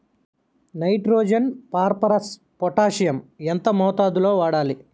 Nitrogen phosphorus potassium ఎంత మోతాదు లో వాడాలి?